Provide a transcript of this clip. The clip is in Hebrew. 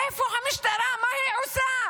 איפה המשטרה, מה היא עושה?